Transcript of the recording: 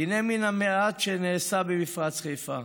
הינה מן המעט שנעשה במפרץ חיפה: